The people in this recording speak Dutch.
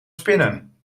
spinnen